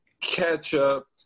ketchup